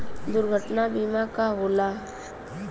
दुर्घटना बीमा का होला?